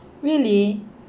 really